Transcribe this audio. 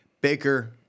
Baker